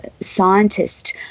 scientists